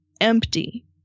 empty